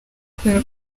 kubera